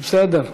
בסדר.